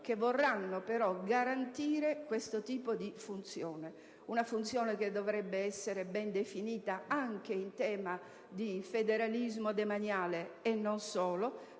che vorranno garantire questo tipo di funzione; una funzione che dovrebbe essere ben definita anche in tema di federalismo demaniale, e non solo,